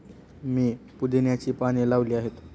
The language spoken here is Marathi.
मी पुदिन्याची पाने लावली आहेत